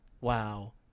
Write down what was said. wow